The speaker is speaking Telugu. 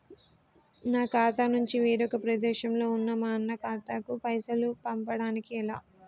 నా ఖాతా నుంచి వేరొక ప్రదేశంలో ఉన్న మా అన్న ఖాతాకు పైసలు పంపడానికి ఎలా?